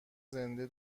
زنده